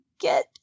get